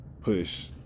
push